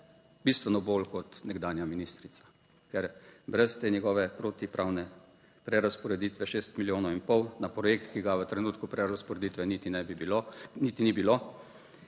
bistveno bolj kot nekdanja ministrica, ker brez te njegove protipravne prerazporeditve šest milijonov in pol, na projekt, ki ga v trenutku prerazporeditve niti ne bi bilo,